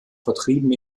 vertrieben